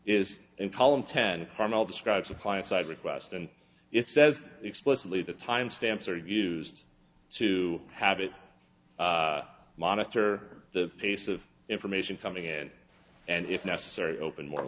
is in column ten carmel describes a client side request and it says explicitly the time stamps are used to have it monitor the pace of information coming in and if necessary open more